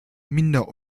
minder